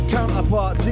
Counterpart